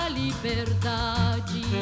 liberdade